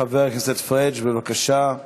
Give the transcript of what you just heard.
חבר הכנסת פריג', בבקשה.